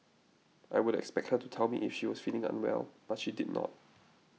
I would expect her to tell me if she was feeling unwell but she did not